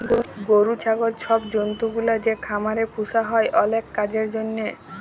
গরু, ছাগল ছব জল্তুগুলা যে খামারে পুসা হ্যয় অলেক কাজের জ্যনহে